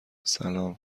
سلام